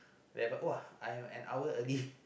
then !wah! I am an hour early